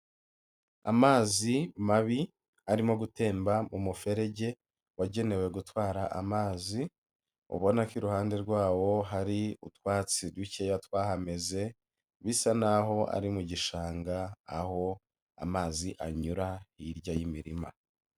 Amazi mabi arimo gutemba mu muferege wagenewe gutwara amazi, ubona ko iruhande rwawo hari utwatsi dukeya twahameze, bisa naho ari mu gishanga aho amazi anyura hirya y'imirima.